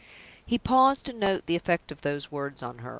he paused to note the effect of those words on her.